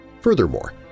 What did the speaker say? Furthermore